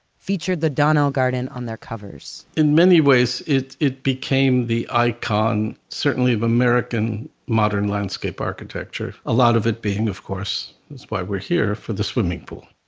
featured the donnell garden on their covers. in many ways, it it became the icon, certainly of american modern landscape architecture. a lot of it being, of course, is why we're here, for the swimming pool.